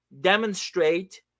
demonstrate